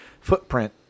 footprint